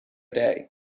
day